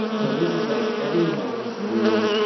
so this is like. everything happens through.